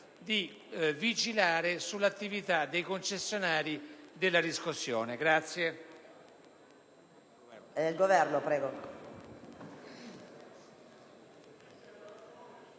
di vigilare sull'attività dei concessionari della riscossione.